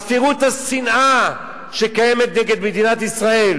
אז תראו את השנאה שקיימת נגד מדינת ישראל,